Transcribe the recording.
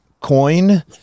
coin